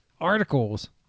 articles